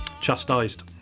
Chastised